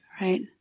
right